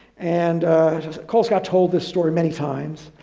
and colescott told this story many times.